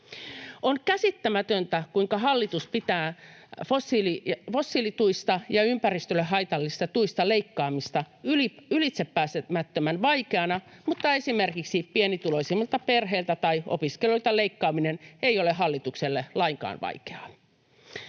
On käsittämätöntä, kuinka hallitus pitää fossiilituista ja ympäristölle haitallisista tuista leikkaamista ylitsepääsemättömän vaikeana, mutta esimerkiksi pienituloisimmilta perheiltä tai opiskelijoilta leikkaaminen ei ole hallitukselle lainkaan vaikeaa.